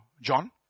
John